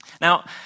Now